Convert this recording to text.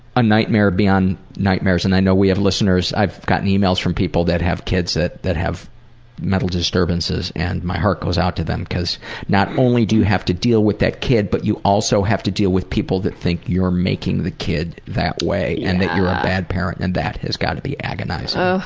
a nightmare beyond nightmares and i know we have listeners i've gotten emails from people that have kids that that have mental disturbances and my heart goes out to them cause not only do have to deal with that kid, but you also have to deal with people that think you're making the kid that way, and that you're a bad parent, and that has got to be agonizing.